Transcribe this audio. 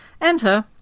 Enter